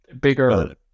bigger